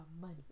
money